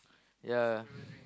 ya